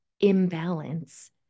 imbalance